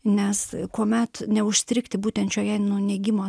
nes kuomet neužstrigti būtent šioje neigimo